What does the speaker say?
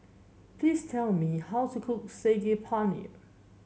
please tell me how to cook Saag Paneer